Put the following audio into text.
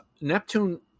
Neptune